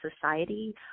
society